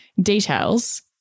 details